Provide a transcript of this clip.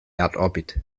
erdorbit